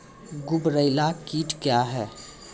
गुबरैला कीट क्या हैं?